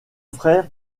frère